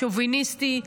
שוביניסטי,